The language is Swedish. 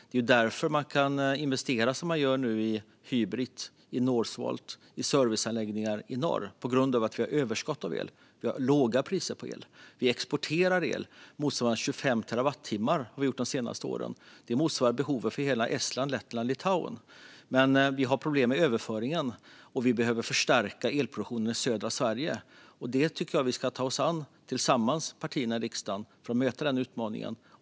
Det är därför man kan investera som man gör nu i Hybrit, i Northvolt och i serviceanläggningar i norr - för att vi har överskott på el och låga priser på el. Vi exporterar el, motsvarande 25 terawattimmar de senaste åren. Det motsvarar behovet för hela Estland, Lettland och Litauen. Men vi har problem med överföringen, och vi behöver förstärka elproduktionen i södra Sverige. Jag tycker att vi tillsammans i partierna i riksdagen ska ta oss an den utmaningen och möta den.